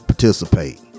participate